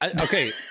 okay